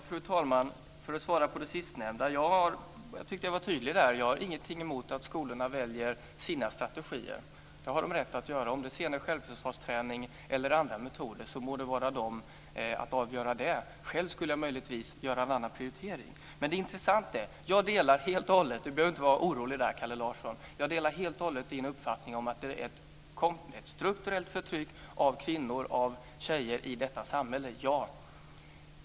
Fru talman! För att svara på det sistnämnda: Jag tyckte att jag var tydlig där. Jag har ingenting emot att skolorna väljer sina strategier - det har de rätt att göra. Om det sedan är självförsvarsträning eller andra metoder så må skolorna avgöra det. Själv skulle jag möjligtvis göra en annan prioritering. Kalle Larsson behöver inte vara orolig. Jag delar helt och hållet hans uppfattning om att det finns ett strukturellt förtryck av kvinnor och tjejer i detta samhälle - ja!